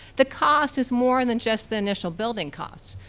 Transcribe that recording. the cost is more and than just the initial building costs.